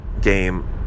game